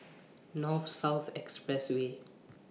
North South Expressway